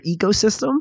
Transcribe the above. ecosystem